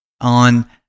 on